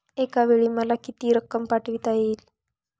एकावेळी मला किती रक्कम पाठविता येईल?